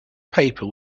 paper